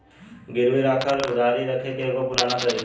गिरवी राखल उधारी रखे के एगो पुरान तरीका होला